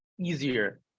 easier